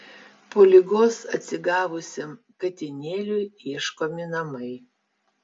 po ligos atsigavusiam katinėliui ieškomi namai